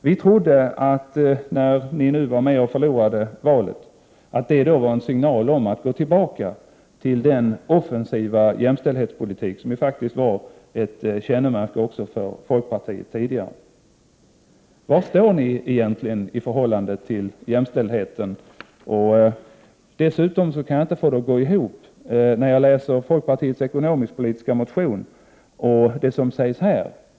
Ni hör ju till dem som förlorade valet, och det trodde vi skulle bli en signal om en tillbakagång till den offensiva jämställdhetspolitik som tidigare faktiskt var ett kännemärke också för folkpartiet. Var står ni egentligen i fråga om jämställdheten? Vidare kan jag inte, när jag läser folkpartiets ekonomisk-politiska motion och när jag tar del av det som sägs här, få det hela att gå ihop.